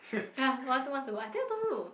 ya one two months ago I think I told you